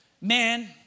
man